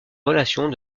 relations